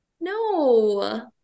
No